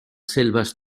selvas